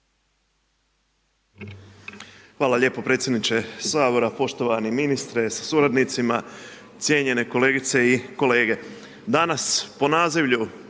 Hvala lijepo predsjedniče Sabora, poštovani ministre sa suradnicima, cijenjeni kolegice i kolege. Danas po nazivlju